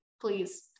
Please